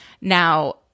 now